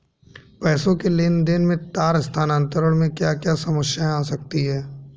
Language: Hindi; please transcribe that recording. पैसों के लेन देन में तार स्थानांतरण में क्या क्या समस्याएं आ सकती हैं?